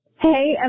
Hey